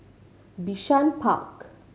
Bishan Park